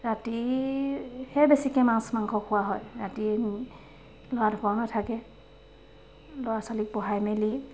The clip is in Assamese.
ৰাতিহে বেছিকৈ মাছ মাংস খোৱা হয় ৰাতি থাকে ল'ৰা ছোৱালীক পঢ়াই মেলি